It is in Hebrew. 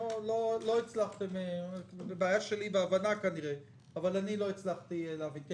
זו כנראה בעיה שלי בהבנה אבל אני לא הצלחתי להבין,